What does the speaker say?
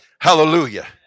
Hallelujah